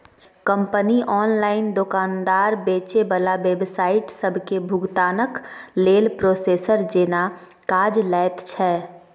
company online दोकानदार, बेचे बला वेबसाइट सबके भुगतानक लेल प्रोसेसर जेना काज लैत छै